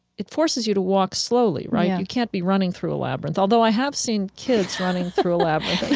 it forces you to walk slowly, right? you can't be running through a labyrinth, although i have seen kids running through a labyrinth.